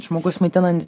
žmogus maitinant